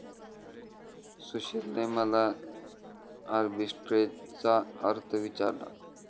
सुशीलने मला आर्बिट्रेजचा अर्थ विचारला